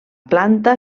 planta